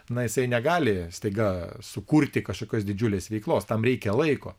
na jisai negali staiga sukurti kažkokios didžiulės veiklos tam reikia laiko